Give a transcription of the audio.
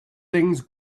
things